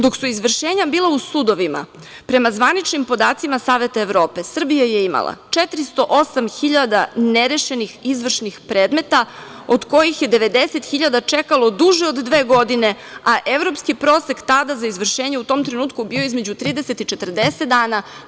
Dok su izvršenja bila u sudovima, prema zvaničnim podacima Saveta Evrope, Srbija je imala 408.000 nerešenih izvršnih predmeta, od kojih je 90.000 čekalo duže od dve godine, a evropski prosek tada za izvršenje u tom trenutku bio je između 30 i 40 dana.